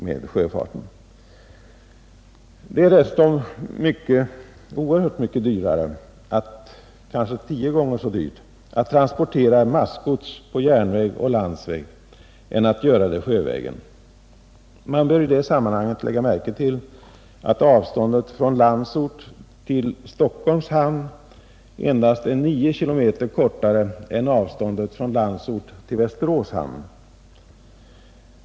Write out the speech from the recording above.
Det är dessutom oerhört mycket kostsammare — kanske tio gånger så dyrt — att transportera massgods på järnväg och landsväg än att göra det sjövägen. Man bör i detta sammanhang lägga märke till att avståndet från Landsort till Stockholms hamn endast är 9 km kortare än avståndet från Landsort till hamnen i Västerås.